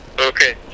okay